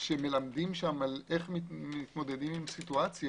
שמלמדים שם על איך מתמודדים עם מצבים,